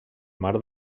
mar